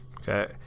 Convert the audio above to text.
Okay